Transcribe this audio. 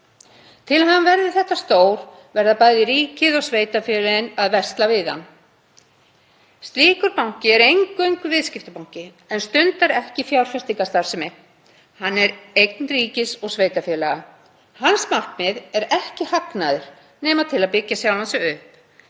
þess að hann verði þetta stór verða bæði ríkið og sveitarfélögin að skipta við hann. Slíkur banki er eingöngu viðskiptabanki en stundar ekki fjárfestingarstarfsemi. Hann er eign ríkis og sveitarfélaga. Hans markmið er ekki hagnaður nema til að byggja sjálfan sig upp.